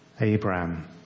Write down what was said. Abraham